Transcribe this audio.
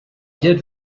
did